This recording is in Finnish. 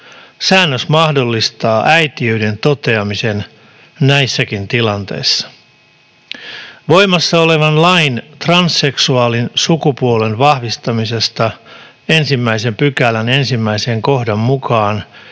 Säännös mahdollistaa äitiyden toteamisen näissäkin tilanteissa.” Voimassa olevan lain transseksuaalin sukupuolen vahvistamisesta 1 §:n 1 kohdan mukaan